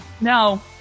No